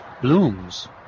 blooms